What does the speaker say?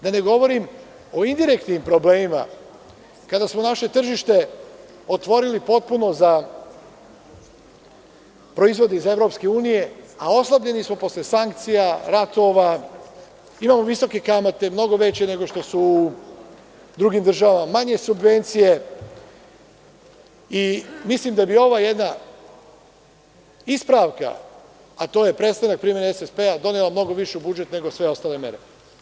Da ne govorim o indirektnim problemima, kada smo naše tržište otvorili potpuno za proizvode iz EU, a oslabljeni smo posle sankcija, ratova, imamo visoke kamate, mnogo veće nego što su u drugim državama, manje subvencije i mislim da bi ova jedna ispravka, a to je prestanak primene SSP, donela mnogo više u budžet nego sve ostale mere.